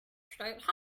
straight